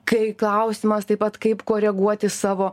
kai klausimas taip pat kaip koreguoti savo